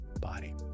body